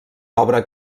obra